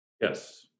Yes